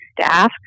staff